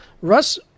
Russ